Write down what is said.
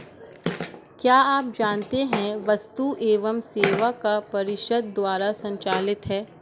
क्या आप जानते है वस्तु एवं सेवा कर परिषद द्वारा संचालित है?